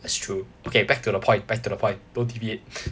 that's true okay back to the point back to the point don't deviate